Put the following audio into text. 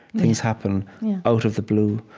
things happen out of the blue.